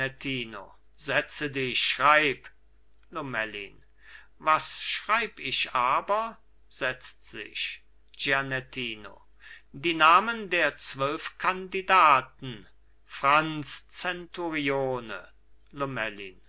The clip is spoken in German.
gianettino setze dich schreib lomellin was schreib ich aber setzt sich gianettino die namen der zwölf kandidaten franz zenturione lomellin